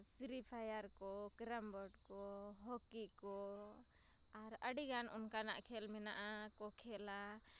ᱟᱨ free ᱯᱷᱟᱭᱟᱨᱠᱚ carrom ᱵᱳᱨᱰᱠᱚ ᱦᱚᱠᱤᱠᱚ ᱟᱨ ᱟᱹᱰᱤᱜᱟᱱ ᱚᱱᱠᱟᱱᱟᱜ ᱠᱷᱮᱞ ᱢᱮᱱᱟᱜᱼᱟ ᱠᱚ ᱠᱷᱮᱞᱟ